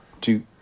two